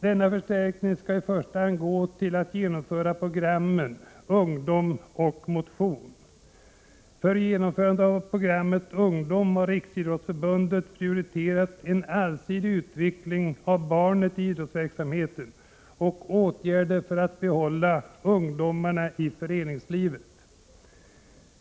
Denna förstärkning skall i första hand gå till att genomföra programmen Ungdom och Motion. För genomförandet av programmet Ungdom har Riksidrottsförbundet prioriterat en allsidig utveckling av barnet i idrottsverksamheten och åtgärder för att behålla ungdomarna i föreningslivet.